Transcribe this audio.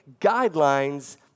guidelines